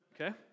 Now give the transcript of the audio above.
okay